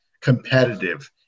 competitive